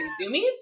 Zoomies